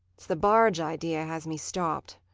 it's the barge idea has me stopped.